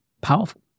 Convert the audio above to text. powerful